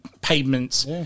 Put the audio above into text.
pavements